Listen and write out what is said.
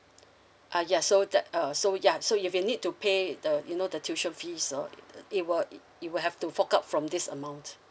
uh ya so that uh so ya so you'll need to pay the you know the tuition fees uh it will it will have to fork out from this amount